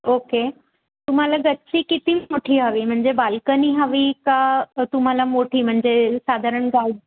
okay तुम्हाला गच्ची किती मोठी हवी म्हणजे बालकनी हवी का तुम्हाला मोठी म्हणजे साधारण